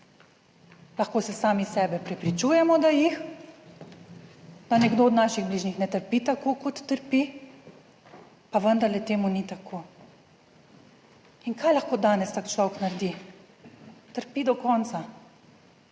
Lahko se sami sebe prepričujemo, da jih, da nekdo od naših bližnjih ne trpi tako, kot trpi, pa vendarle temu ni tako. In kaj lahko danes tak človek naredi? Trpi do konca,